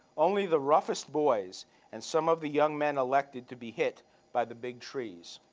only the roughest boys and some of the young men elected to be hit by the big trees.